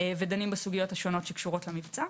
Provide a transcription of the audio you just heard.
ודנים בסוגיות השונות שקשורות למבצע.